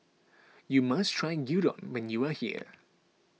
you must try Gyudon when you are here